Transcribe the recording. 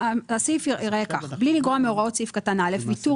הסעיף ייראה ככה: בלי לגרוע מהוראות סעיף קטן (א) ויתור